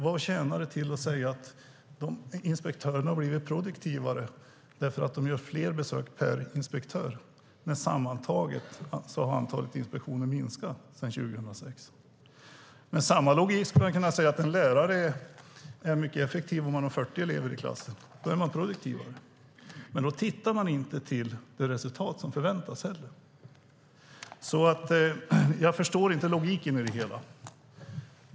Vad tjänar det till att inspektörerna har blivit produktivare därför att de gör fler besök per inspektör, när antalet inspektioner sammantaget har minskat sedan 2006? Med samma logik skulle man kunna säga att en lärare är mycket effektivare och produktivare om läraren har 40 elever i klassen. Man då ser man inte till det resultat som förväntas. Jag förstår inte logiken i det hela.